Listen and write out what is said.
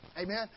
Amen